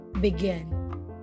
begin